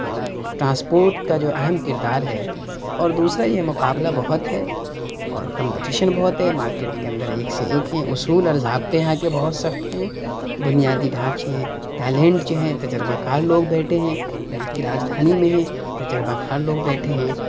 transport کا جو اہم کردار ہے اور دوسرا یہ مقابلہ بہت ہے اور کمپٹیشن بہت ہے مارکیٹ کے اندر ایک سے ایک ہیں اصول اور ضابطے یہاں کے بہت سخت ہیں بنیادی ڈھانچے ٹیلنٹ جو ہیں تجربہ کار لوگ بیٹھے ہیں ملک کی راجدھانی میں ہیں تجربہ کار لوگ بیٹھے ہیں